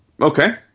Okay